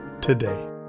today